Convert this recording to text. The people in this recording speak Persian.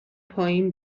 پایین